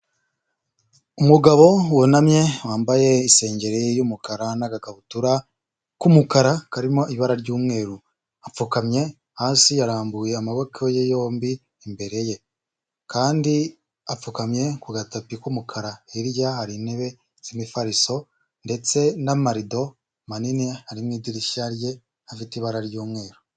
umugabo wunamye wambaye isengeri y'umukara n'agakabutura k'umukara karimo ibara ry'umweru, apfukamye hasi yarambuye amaboko ye yombi imbere ye, kandi apfukamye ku gatapi k'umukara hirya hari intebe z'imifariso ndetse n'amarido manini ari mu idirishya rye, afite ibara ry'umweru.